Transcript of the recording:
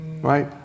Right